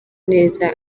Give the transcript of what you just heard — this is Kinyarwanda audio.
neza